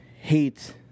hate